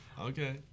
Okay